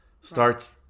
starts